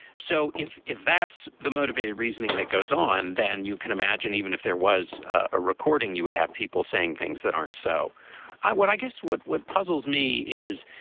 so if if that's the motivated reasoning that goes on, then you can imagine even if there was a recording, you would have people saying things that aren't. so i would i guess what would puzzles me is,